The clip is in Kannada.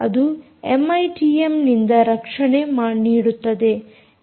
ಅದು ಎಮ್ಐಟಿಎಮ್ ನಿಂದ ರಕ್ಷಣೆ ನೀಡುತ್ತದೆ